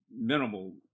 minimal